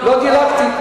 לא דילגתי.